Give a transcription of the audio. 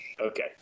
Okay